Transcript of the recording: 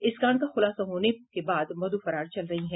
इस कांड का खुलासा होने के बाद मधु फरार चल रही हैं